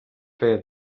feia